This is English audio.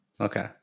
okay